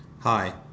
Hi